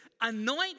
Anoint